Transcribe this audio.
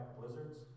blizzards